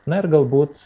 na ir galbūt